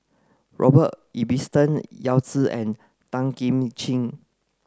Robert Ibbetson Yao Zi and Tan Kim Ching